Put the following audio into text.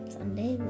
Sunday